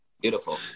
Beautiful